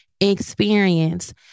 experience